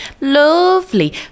Lovely